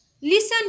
listen